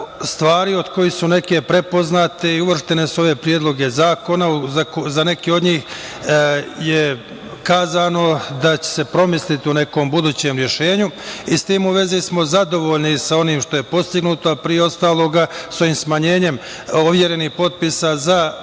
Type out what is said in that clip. stvari od kojih su neke prepoznate i uvrštene su u ove predloge zakona. Za neke od njih je kazano da će se promisliti u nekom budućem rešenju i s tim u vezi smo zadovoljni sa onim što je postignuto, a pre ostalog sa ovim smanjenjem overenih potpisa za stranke